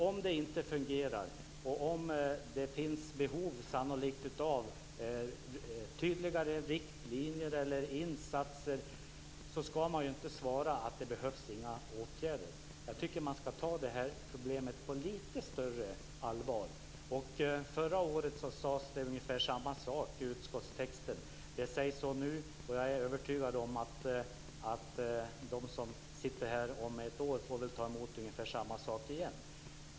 Om det inte fungerar och om det sannolikt finns behov av tydligare riktlinjer eller insatser, ska man inte svara att det inte behövs några åtgärder. Jag tycker att man ska ta det här problemet på lite större allvar. Förra året sades ungefär samma sak i utskottstexten. Det sägs så nu, och jag är övertygad om att de som sitter här om ett år får höra ungefär samma sak igen.